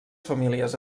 famílies